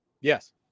Yes